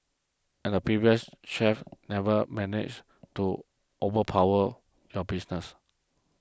and the previous chef never managed to overpower your business